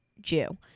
jew